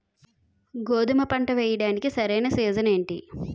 గోధుమపంట వేయడానికి సరైన సీజన్ ఏంటి?